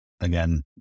again